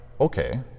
Okay